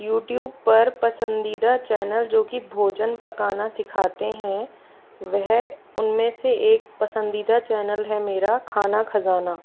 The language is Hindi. यूट्यूब पर पसंदीदा चैनल जोकि भोजन पकाना सिखाते हैं वह उनमें से एक पसंदीदा चैनल है मेरा खाना खज़ाना